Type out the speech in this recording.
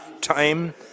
time